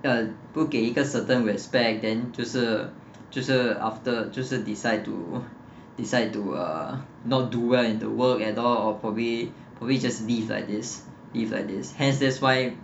uh 不给一个 certain respect then 就是就是 after 就是 decide to decide to uh not do well in the work at all or probably probably just leave like this if like this hence that's why